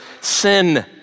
sin